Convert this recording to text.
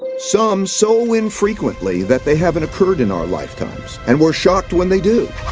some so infrequently that they haven't occurred in our lifetimes, and we're shocked when they do,